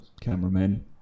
cameramen